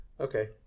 Okay